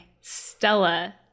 Stella